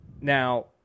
Now